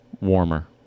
Warmer